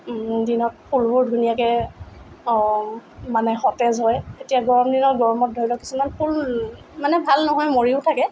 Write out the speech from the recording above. দিনত ফুলবোৰ ধুনীয়াকৈ মানে সতেজ হয় এতিয়া গৰমদিনত গৰমত ধৰি লওক কিছুমান ফুল মানে ভাল নহয় মৰিও থাকে